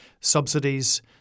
subsidies